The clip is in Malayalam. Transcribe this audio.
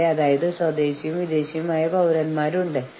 പക്ഷേ നിങ്ങൾ ഒന്നും നശിപ്പിക്കാൻ വന്നതല്ല